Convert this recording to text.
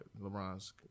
LeBron's